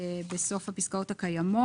אתה אומרת שבסדר לכם שאנחנו משלמים אלפי שקלים?